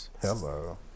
Hello